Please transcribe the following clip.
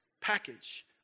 package